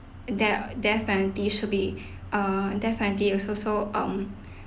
deat~ death penalty should be uh death penalty also so um